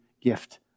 gift